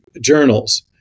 journals